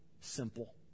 simple